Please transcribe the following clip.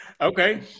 Okay